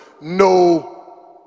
No